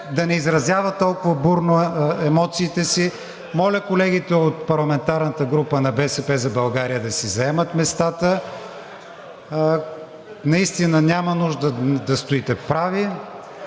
да не изразяват толкова бурно емоциите си. Моля колегите от парламентарната група на „БСП за България“ да си заемат местата. Наистина, няма нужда да стоите прави.